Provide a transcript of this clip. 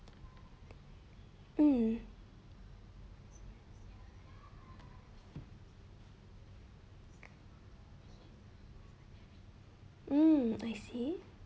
mm mm I see